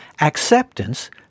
Acceptance